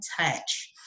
touch